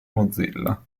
mozilla